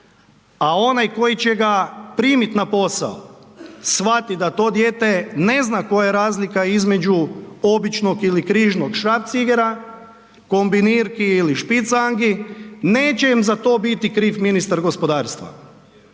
a onaj koji će ga primiti na posao shvati da to dijete ne zna koja je razlika između običnog ili križnog šrafcigera, kombinirki ili špicangi neće im za to biti kriv ministar gospodarstva